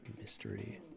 mystery